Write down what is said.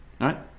right